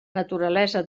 naturalesa